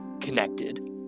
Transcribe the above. connected